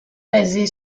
basé